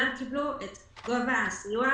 קיבלו את ההטבה.